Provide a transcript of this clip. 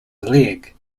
leg